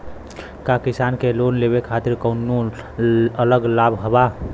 का किसान के लोन लेवे खातिर कौनो अलग लाभ बा?